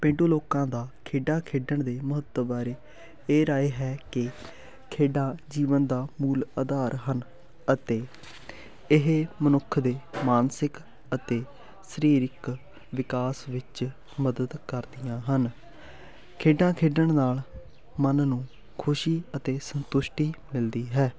ਪੇਂਡੂ ਲੋਕਾਂ ਦਾ ਖੇਡਾਂ ਖੇਡਣ ਦੇ ਮਹੱਤਵ ਬਾਰੇ ਇਹ ਰਾਏ ਹੈ ਕਿ ਖੇਡਾਂ ਜੀਵਨ ਦਾ ਮੂਲ ਆਧਾਰ ਹਨ ਅਤੇ ਇਹ ਮਨੁੱਖ ਦੇ ਮਾਨਸਿਕ ਅਤੇ ਸਰੀਰਕ ਵਿਕਾਸ ਵਿੱਚ ਮਦਦ ਕਰਦੀਆਂ ਹਨ ਖੇਡਾਂ ਖੇਡਣ ਨਾਲ ਮਨ ਨੂੰ ਖੁਸ਼ੀ ਅਤੇ ਸੰਤੁਸ਼ਟੀ ਮਿਲਦੀ ਹੈ